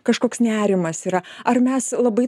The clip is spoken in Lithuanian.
kažkoks nerimas yra ar mes labai